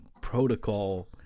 protocol